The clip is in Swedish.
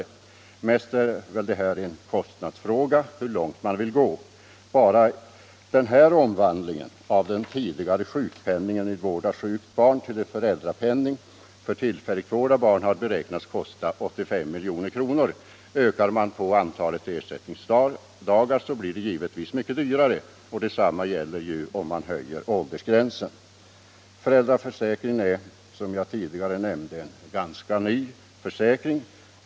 Hur långt man vill gå är väl mest en kostnadsfråga. Bara omvandlingen av den tidigare sjukpenningen för vård av sjukt barn till föräldrapenning för tillfällig vård av barn har beräknats kosta 85 milj.kr. Ökar man på antalet ersättningsdagar blir det givetvis mycket dyrare, och detsamma gäller om man höjer åldersgränsen. 39 Föräldraförsäkringen är, som jag tidigare nämnde, en rätt ny försäkring.